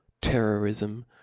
terrorism